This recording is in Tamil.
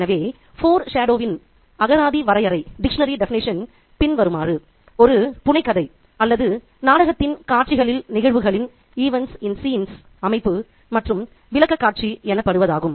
எனவே ஃபோர் ஷாடோ வின் அகராதி வரையறை பின்வருமாறு ஒரு புனைகதை அல்லது நாடகத்தின் காட்சிகளில் நிகழ்வுகளின் அமைப்பு மற்றும் விளக்கக்காட்சி எனப்படுவதாகும்